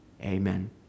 Amen